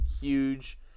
huge